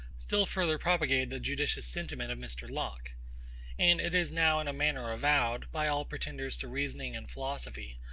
still further propagated the judicious sentiment of mr. locke and it is now in a manner avowed, by all pretenders to reasoning and philosophy,